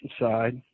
side